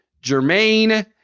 Jermaine